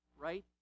right